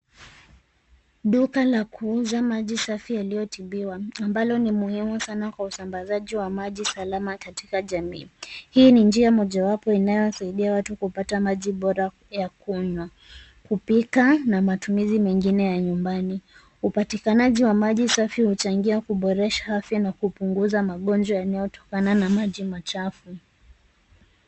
Duka la kuuza maji safi yaliyotibiwa ambalo ni muhimu sana kwa usambazaji wa maji salama katika jamii. Hii ni njia mojawapo inayosaidia watu kupata maji bora ya kunywa, kupika na matumizi mengine ya nyumbani. Upatikanaji wa maji safi huchangia kuboresha afya na kupunguza magonjwa yanyotokana na maji machafu.